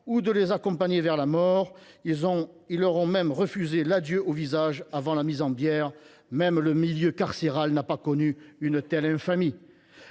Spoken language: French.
ou de les accompagner vers la mort. Ils leur ont même refusé « l’adieu au visage » avant la mise en bière. Même le milieu carcéral n’a pas connu une telle infamie.